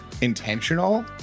intentional